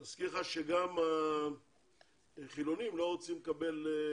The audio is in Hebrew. אני מזכיר לך שגם החילוניים לא רוצים לקבל חרדים.